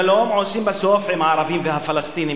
שלום עושים בסוף עם הערבים והפלסטינים,